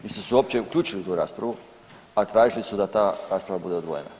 Nisu se uopće uključili u tu raspravu, a tražili su da ta rasprava bude odvojena.